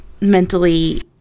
mentally